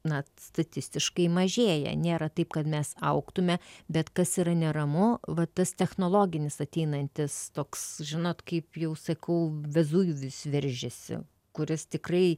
na statistiškai mažėja nėra taip kad mes augtume bet kas yra neramu vat tas technologinis ateinantis toks žinot kaip jau sakau vezuvijus veržiasi kuris tikrai